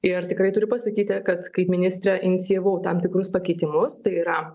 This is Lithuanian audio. ir tikrai turiu pasakyti kad kaip ministrė inicijavau tam tikrus pakeitimus tai yra